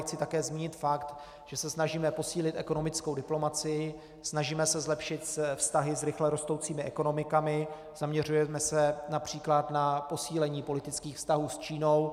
Chci také zmínit fakt, že se snažíme posílit ekonomickou diplomacii, snažíme se zlepšit vztahy s rychle rostoucími ekonomikami, zaměřujeme se např. na posílení politických vztahů s Čínou.